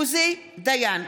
עוזי דיין,